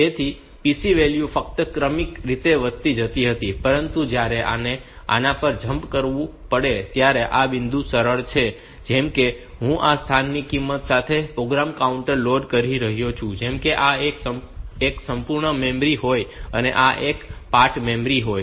તેથી PC value ફક્ત ક્રમિક રીતે વધતી જતી હતી પરંતુ જ્યારે આને આના પર જમ્પ કરવું પડે ત્યારે આ બિંદુ સરળ છે જેમ કે હું આ સ્થાનની કિંમત સાથે પ્રોગ્રામ કાઉન્ટર લોડ કરી શકું છું જેમ કે આ એક સંપૂર્ણ મેમરી હોય અને આ એક પાર્ટ મેમરી હોય